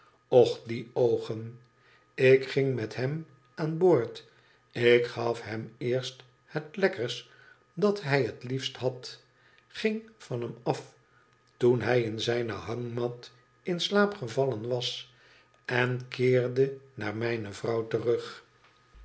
och die oogen ik ging met hem aan boord ik gaf hem eerst het lekkers dat hij het liete hü ging van hem af toen hij in zijne hangmat in slaap gevallen was en keerde naar mijne vrouw terug